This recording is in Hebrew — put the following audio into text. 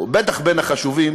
בטח בין החשובים,